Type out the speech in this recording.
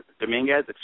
Dominguez